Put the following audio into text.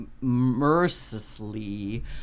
mercilessly